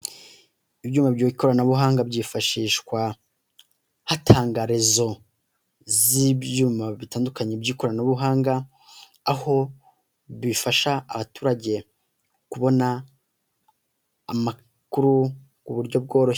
Ibyuma by'ikoranabuhanga byifashishwa hatangarizo z'ibyuma bitandukanye, by'ikoranabuhanga, aho bifasha abaturage kubona amakuru buryo bwororoshye.